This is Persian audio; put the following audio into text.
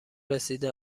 رسیده